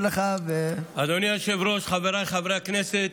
אדוני היושב-ראש, חבריי חברי הכנסת,